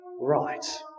right